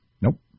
Nope